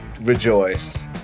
rejoice